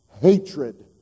hatred